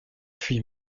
puis